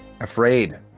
afraid